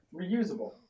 Reusable